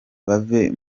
bave